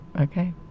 Okay